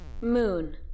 Moon